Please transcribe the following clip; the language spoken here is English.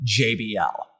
JBL